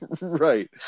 Right